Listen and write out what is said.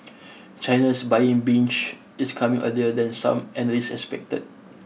China's buying binge is coming earlier than some analysts expected